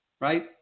right